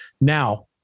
Now